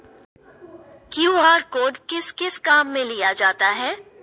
QR code किस किस काम में लिया जाता है?